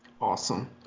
awesome